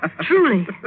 Truly